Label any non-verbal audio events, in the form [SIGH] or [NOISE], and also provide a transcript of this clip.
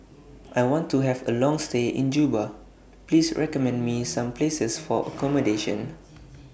I want to Have A Long stay in Juba Please recommend Me Some Places For [NOISE] accommodation